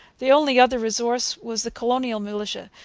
the only other resource was the colonial militia,